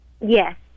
Yes